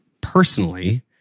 personally